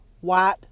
white